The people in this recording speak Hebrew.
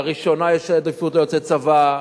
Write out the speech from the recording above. לראשונה יש עדיפות ליוצאי צבא,